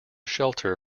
shelter